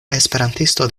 esperantisto